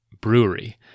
brewery